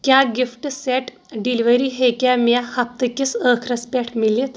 کیٛاہ gift set delivery ہیٚکیٛاہ مےٚ ہفتہٕ کِس أخرس پٮ۪ٹھ مِلِتھ؟